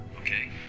Okay